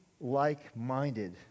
like-minded